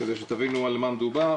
כדי שתבינו על מה מדובר,